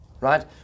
right